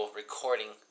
recording